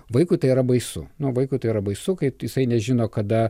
vaikui tai yra baisu nu vaikui tai yra baisu kai jisai nežino kada